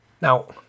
Now